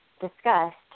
discussed